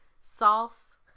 sauce